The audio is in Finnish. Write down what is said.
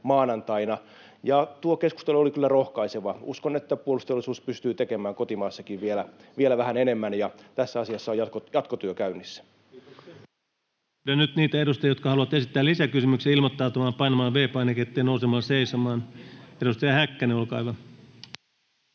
maanantaina, ja tuo keskustelu oli kyllä rohkaiseva. Uskon, että puolustusteollisuus pystyy tekemään kotimaassakin vielä vähän enemmän, ja tässä asiassa on jatkotyö käynnissä. Kiitoksia. — Pyydän nyt niitä edustajia, jotka haluavat esittää lisäkysymyksiä, ilmoittautumaan painamalla V-painiketta ja nousemalla seisomaan. — Edustaja Häkkänen, olkaa hyvä.